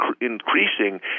increasing